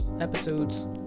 episodes